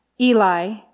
Eli